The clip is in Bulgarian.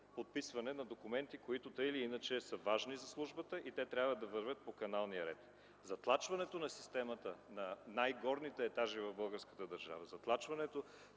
на документи, които така или иначе са важни за службата и трябва да вървят по каналния ред. Затлачването на системата на най-горните етажи в българската държава, затлачването